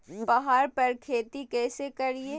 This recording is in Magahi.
पहाड़ पर खेती कैसे करीये?